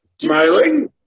Smiling